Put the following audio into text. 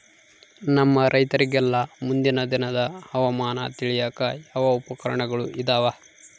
ನಮ್ಮ ರೈತರಿಗೆಲ್ಲಾ ಮುಂದಿನ ದಿನದ ಹವಾಮಾನ ತಿಳಿಯಾಕ ಯಾವ ಉಪಕರಣಗಳು ಇದಾವ?